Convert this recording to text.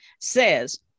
says